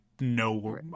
no